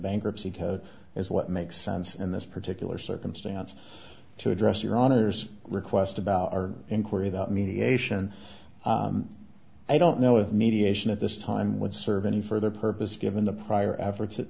bankruptcy code is what makes sense in this particular circumstance to address your honor's request about our inquiry about mediation i don't know if mediation at this time would serve any further purpose given the prior efforts